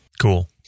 Cool